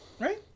Right